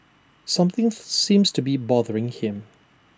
something seems to be bothering him